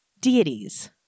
deities